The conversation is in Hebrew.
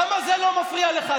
למה זה לא מפריע לך?